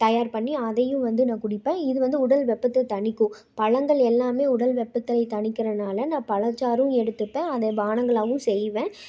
தயார் பண்ணி அதையும் வந்து நான் குடிப்பேன் இது வந்து உடல் வெப்பத்தை தணிக்கும் பழங்கள் எல்லாம் உடல் வெப்பத்தை தணிக்கிறனால் நான் பழச்சாறும் எடுத்துப்பேன் அதை பானங்களாவும் செய்வேன்